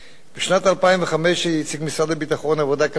בשנת 2005 הציג משרד הביטחון עבודה כלכלית